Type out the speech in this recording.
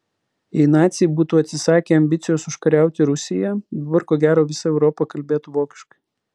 jei naciai būtų atsisakę ambicijos užkariauti rusiją dabar ko gero visa europa kalbėtų vokiškai